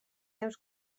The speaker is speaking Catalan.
seus